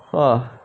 !wah!